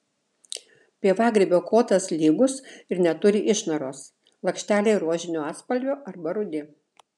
pievagrybio kotas lygus ir neturi išnaros lakšteliai rožinio atspalvio arba rudi